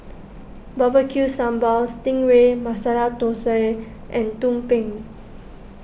B B Q Sambal Sting Ray Masala Thosai and Tumpeng